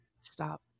Stop